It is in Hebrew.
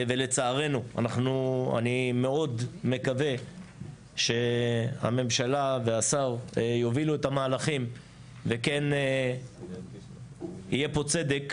אני מאוד מקווה שהממשלה והשר יובילו את המהלכים וכן יהיה פה צדק